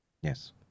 Yes